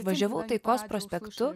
važiavau taikos prospektu